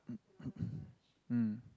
mm